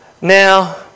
Now